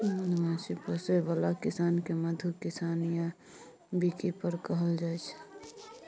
मधुमाछी पोसय बला किसान केँ मधु किसान या बीकीपर कहल जाइ छै